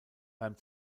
beim